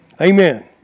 Amen